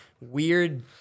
Weird